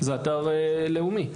זה אתר לאומי.